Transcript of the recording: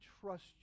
trust